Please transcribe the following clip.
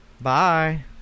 bye